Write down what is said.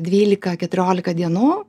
dvylika keturiolika dienų